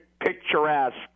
picturesque